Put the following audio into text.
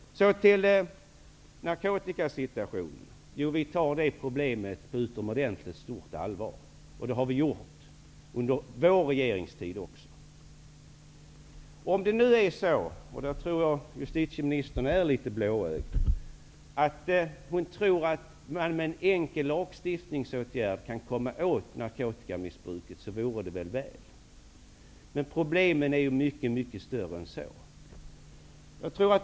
Så till frågan om narkotikasituationen. Vi tar det problemet på utomordentligt stort allvar. Det har vi gjort även under vår regeringstid. Jag tror att justitieministern är litet blåögd. Hon tror att man med en enkel lagstiftningsåtgärd kan komma åt narkotikamissbruket. Det vore väl för bra. Men problemen är mycket större än så.